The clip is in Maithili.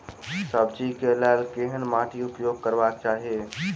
सब्जी कऽ लेल केहन माटि उपयोग करबाक चाहि?